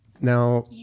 Now